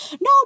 No